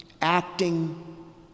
acting